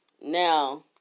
Now